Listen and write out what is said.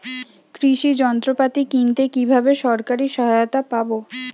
কৃষি যন্ত্রপাতি কিনতে কিভাবে সরকারী সহায়তা পাব?